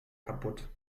kaputt